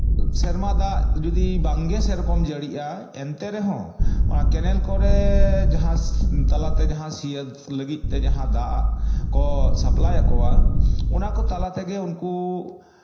ᱥᱮᱨᱢᱟ ᱫᱟᱜ ᱡᱩᱫᱤ ᱵᱟᱝᱜᱮ ᱥᱮᱨᱚᱠᱚᱢ ᱡᱟᱹᱲᱤᱜᱼᱟ ᱮᱱᱛᱮ ᱨᱮᱦᱚᱸ ᱚᱱᱟ ᱠᱮᱱᱮᱞ ᱠᱚᱨᱮ ᱡᱟᱦᱟᱸ ᱛᱟᱞᱟᱛᱮ ᱡᱟᱦᱟᱸ ᱥᱮᱪ ᱞᱟᱹᱜᱤᱫ ᱛᱮ ᱡᱟᱦᱟᱸ ᱫᱟᱜ ᱠᱚ ᱥᱟᱯᱞᱟᱭ ᱠᱚᱣᱟ ᱚᱱᱟᱠᱚ ᱛᱟᱞᱟ ᱛᱮᱜᱮ ᱩᱱᱠᱩ